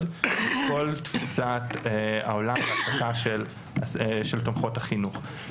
את כל תפיסת העולם בהעסקה של תומכות החינוך.